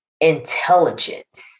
intelligence